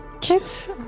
Kids